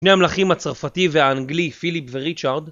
שני המלכים הצרפתי והאנגלי פיליפ וריצ'ארד